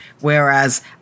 whereas